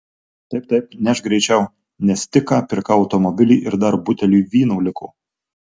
taip taip nešk greičiau nes tik ką pirkau automobilį ir dar buteliui vyno liko